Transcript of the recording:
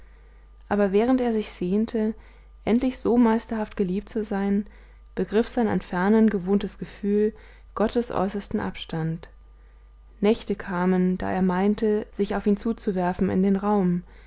aber während er sich sehnte endlich so meisterhaft geliebt zu sein begriff sein an fernen gewohntes gefühl gottes äußersten abstand nächte kamen da er meinte sich auf ihn zuzuwerfen in den raum